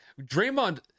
Draymond